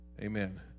amen